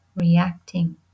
reacting